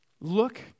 Look